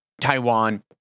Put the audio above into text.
Taiwan